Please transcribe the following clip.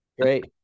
Great